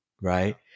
right